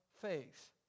faith